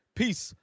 peace